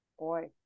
Boy